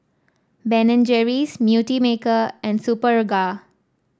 Ben and Jerry's Beautymaker and Superga